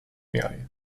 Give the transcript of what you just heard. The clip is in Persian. میآید